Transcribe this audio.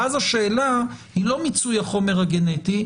ואז השאלה היא לא מיצוי החומר הגנטי,